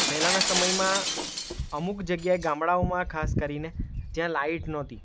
પહેલાંના સમયમાં અમુક જગ્યાએ ગામળાઓમાં ખાસ કરીને જ્યાં લાઇટ નહોતી